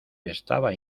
estaba